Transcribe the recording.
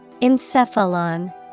Encephalon